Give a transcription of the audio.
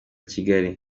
kigali